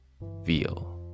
veal